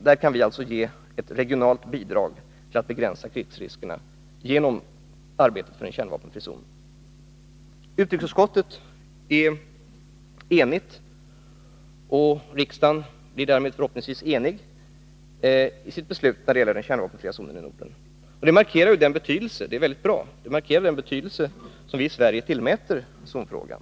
Där kan vi lämna ett regionalt bidrag till strävandena att begränsa krigsriskerna genom arbetet för en kärnvapenfri zon. Utrikesutskottet är enigt, och riksdagen blir därmed förhoppningsvis enig i sitt beslut när det gäller den kärnvapenfria zonen i Norden. Det är bra. Det markerar den betydelse som vi i Sverige tillmäter zonfrågan.